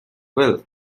will